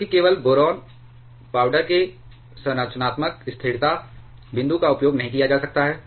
क्योंकि केवल boron powder के संरचनात्मक स्थिरता बिंदु का उपयोग नहीं किया जा सकता है